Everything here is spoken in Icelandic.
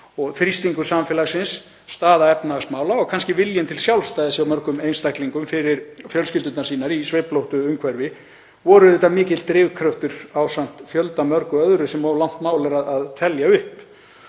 og þrýstingur samfélagsins, staða efnahagsmála og viljinn til sjálfstæðis hjá mörgum einstaklingum fyrir fjölskyldurnar sínar í sveiflóttu umhverfi var auðvitað mikill drifkraftur ásamt fjöldamörgu öðru sem of langt mál er að telja upp.